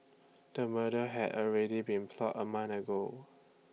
the murder had already been plotted A month ago